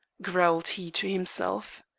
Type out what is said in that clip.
growled he to himself.